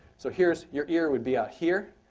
so here your ear would be out here.